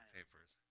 papers